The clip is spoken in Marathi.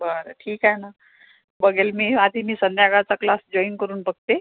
बरं ठीक आहे ना बघेल मी आधी मी संध्याकाळचा क्लास जॉईन करून बघते